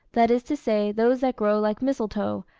that is to say, those that grow like mistletoe,